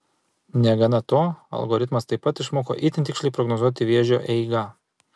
negana to algoritmas taip pat išmoko itin tiksliai prognozuoti vėžio eigą